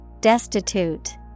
Destitute